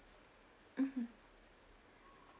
mm mm